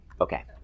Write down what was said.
Okay